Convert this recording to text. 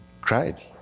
cried